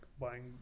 buying